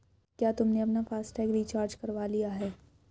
क्या तुमने अपना फास्ट टैग रिचार्ज करवा लिया है?